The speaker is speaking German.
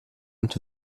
und